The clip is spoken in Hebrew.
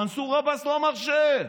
מנסור עבאס לא מרשה.